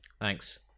Thanks